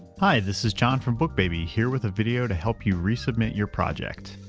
hi, this is john from bookbaby here with a video to help you resubmit your project.